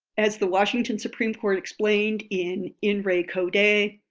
as the washington supreme court explained in in re coday,